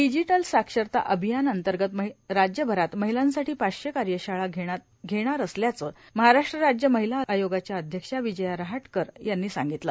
digital साक्षरता अभियान अंतर्गत राज्यभरात महिलांसाठी पाचशे कार्यशाळा घेणार असल्याचं महाराष्ट्र राज्य महिला आयोगाच्या अध्यक्षा विजय रहाटकर यांनी सांगितलं